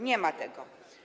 Nie ma tego.